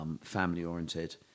family-oriented